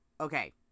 Okay